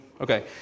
Okay